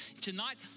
Tonight